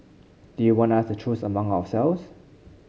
do you want us to choose among ourselves